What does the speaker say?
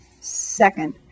second